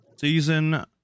Season